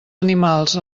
animals